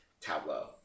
Tableau